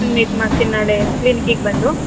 meet ಮಾಡ್ತೀನಿ ನಾಳೆ ಕ್ಲಿನಿಕಿಗೆ ಬಂದು